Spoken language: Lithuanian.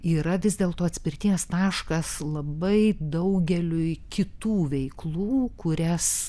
yra vis dėlto atspirties taškas labai daugeliui kitų veiklų kurias